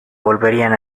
volverían